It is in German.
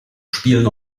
spiel